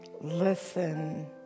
Listen